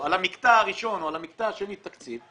על המקטע הראשון או על המקטע השני תקציב,